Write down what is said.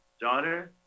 daughter